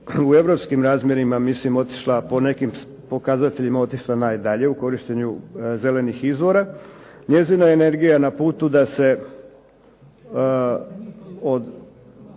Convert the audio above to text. po Europskim razmjerima, po nekim pokazateljima otišla najdalje u korištenju zelenih izvora, njezina je energija na putu da se od